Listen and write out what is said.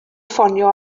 ffonio